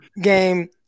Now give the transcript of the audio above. game